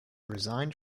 resigned